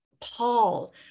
Paul